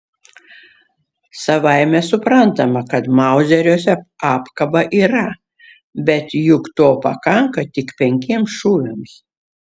savaime suprantama kad mauzeriuose apkaba yra bet juk to pakanka tik penkiems šūviams